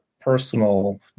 personal